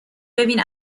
ببین